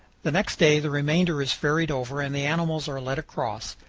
the next day the remainder is ferried over and the animals are led across,